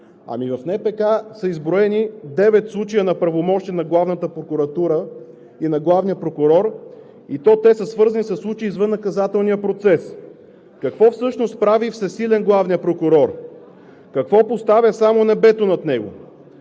акт. В НПК са изброени девет случая на правомощия на Главната прокуратура и на главния прокурор, и то те са свързани със случаи извън наказателния процес. Какво всъщност прави всесилен главният прокурор? Какво поставя само небето над него?